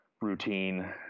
routine